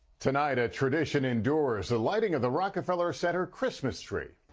tonight a tradition endures. the lighting of the rockefeller center christmas tree